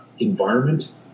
environment